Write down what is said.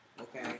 okay